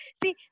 see